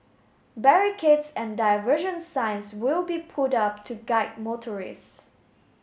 barricades and diversion signs will be put up to guide motorist